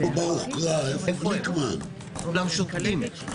כולם שותקים.